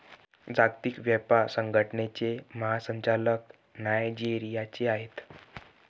जागतिक व्यापार संघटनेचे महासंचालक नायजेरियाचे आहेत